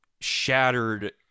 shattered